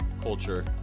culture